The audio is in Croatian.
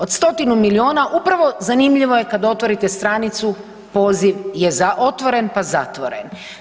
Od stotinu milijuna, upravo zanimljivo kad otvorite stranicu, poziv je otvoren pa zatvoren.